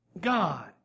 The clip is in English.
God